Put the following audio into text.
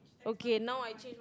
okay now I change